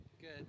Good